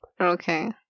Okay